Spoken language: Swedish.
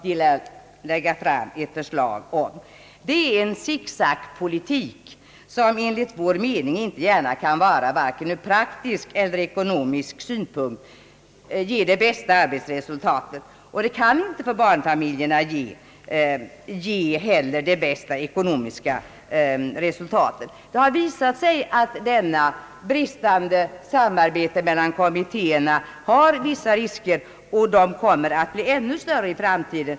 Detta är en sicksackpolitik som enligt vår mening inte gärna kan ur vare sig praktisk eller ekonomisk synpunkt ge det bästa arbetsresultatet. Det kan inte heller ge barnfamiljerna det bästa ekonomiska resultatet. Det har visat sig att detta bristande samarbete mellan kommittéerna innebär vissa risker som kommer att bli ännu större i framtiden.